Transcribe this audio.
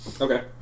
Okay